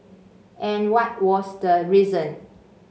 and what was the reason